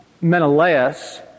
Menelaus